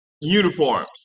uniforms